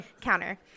counter